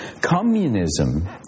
Communism